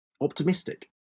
optimistic